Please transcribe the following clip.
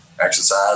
exercise